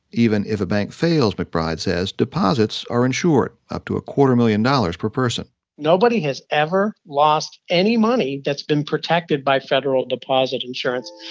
even if a bank fails, mcbride says, deposits are insured, up to a quarter-million dollars per person nobody has ever lost any money that's been protected by federal deposit insurance,